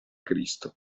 cristo